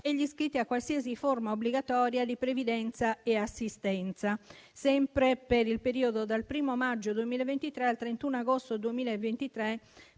e gli iscritti a qualsiasi forma obbligatoria di previdenza e assistenza, sempre per il periodo dal 1° maggio 2023 al 31 agosto 2023,